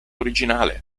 originale